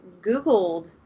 Googled